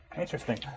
interesting